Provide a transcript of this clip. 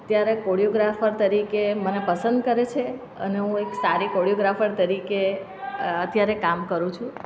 ત્યારે કોરીઓગ્રાફર તરીકે મને પસંદ કરે છે અને હું એક સારી કોરીઓગ્રાફર તરીકે અત્યારે કામ કરુ છું